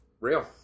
Real